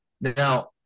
now